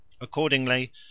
Accordingly